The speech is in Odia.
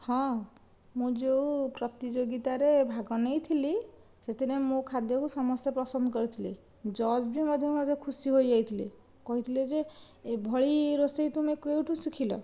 ହଁ ମୁଁ ଯେଉଁ ପ୍ରତିଯୋଗିତାରେ ଭାଗ ନେଇଥିଲି ସେଥିରେ ମୋ ଖାଦ୍ୟକୁ ସମସ୍ତେ ପସନ୍ଦ କରୁଥିଲେ ଜଜ୍ ବି ମଧ୍ୟ ମୋତେ ଖୁସି ହୋଇଯାଇଥିଲେ କହୁଥିଲେ ଯେ ଏଭଳି ରୋଷେଇ ତୁମେ କେଉଁଠୁ ଶିଖିଲ